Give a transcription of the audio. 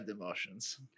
emotions